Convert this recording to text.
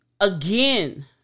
again